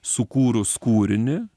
sukūrus kūrinį